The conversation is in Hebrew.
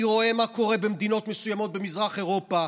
אני רואה מה קורה במדינות מסוימות במזרח אירופה,